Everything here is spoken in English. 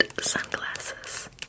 sunglasses